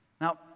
Now